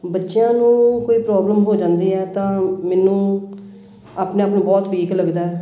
ਬੱਚਿਆਂ ਨੂੰ ਕੋਈ ਪ੍ਰੋਬਲਮ ਹੋ ਜਾਂਦੀ ਹੈ ਤਾਂ ਮੈਨੂੰ ਆਪਣੇ ਆਪ ਨੂੰ ਬਹੁਤ ਵੀਕ ਲੱਗਦਾ